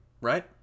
Right